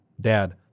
Dad